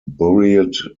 buried